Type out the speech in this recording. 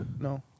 No